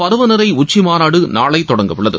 பருவநிலை உச்சி மாநாடு நாளை தொடங்க உள்ளது